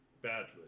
badly